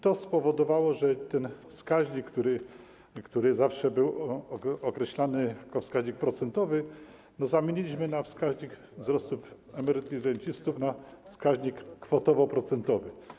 To spowodowało, że ten wskaźnik, który zawsze był określany jako wskaźnik procentowy, zamieniliśmy na wskaźnik wzrostu emerytur i rent, na wskaźnik kwotowo-procentowy.